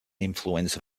influenza